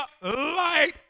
light